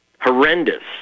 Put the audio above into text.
horrendous